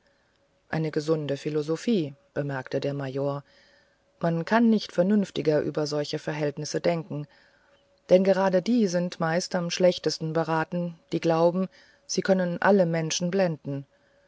eine gesunde philosophie bemerkte der major man kann nicht vernünftiger über solche verhältnisse denken denn gerade die sind meist am schlechtesten beraten die glauben sie können alle menschen blenden